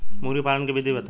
मुर्गीपालन के विधी बताई?